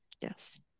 Yes